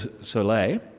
Soleil